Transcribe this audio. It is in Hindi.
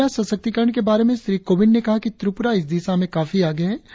महिला सशक्तिकरण के बारे में श्री कोविंद ने कहा कि त्रिपुरा इस दिशा में काफी आगे है